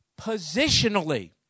positionally